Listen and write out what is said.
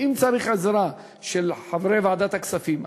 אם צריך עזרה של חברי ועדת הכספים,